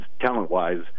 talent-wise